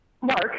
mark